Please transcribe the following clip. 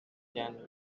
can